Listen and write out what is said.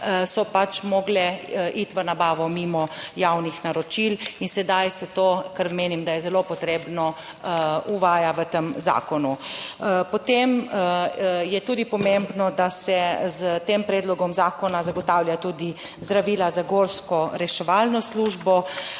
so pač morale iti v nabavo mimo javnih naročil in sedaj se to, kar menim, da je zelo potrebno, uvaja v tem zakonu. Potem je tudi pomembno, da se s tem predlogom zakona zagotavlja tudi zdravila za gorsko reševalno službo